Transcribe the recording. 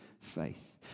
faith